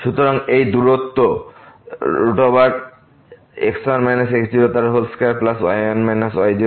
সুতরাং এই দূরত্ব x1 x02y1 y02